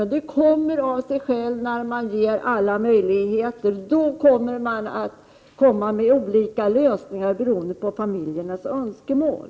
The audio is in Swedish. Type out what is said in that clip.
Detta kommer också av sig självt när man ger alla möjligheter. Då kommer man med olika lösningar beroende på familjernas önskemål.